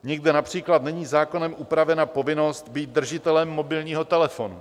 Nikde například není zákonem upravena povinnost být držitelem mobilního telefonu.